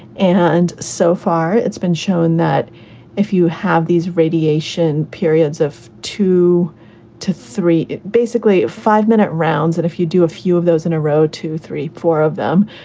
and so far it's been shown that if you have these radiation periods of two to three, it basically five minute rounds, that if you do a few of those in a row to three or four of them,